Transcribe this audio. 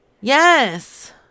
Yes